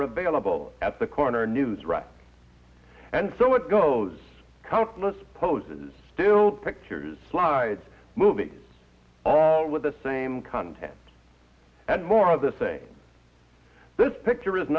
are available at the corner news right and so it goes countless poses still pictures slides movies all with the same content and more of the same this picture is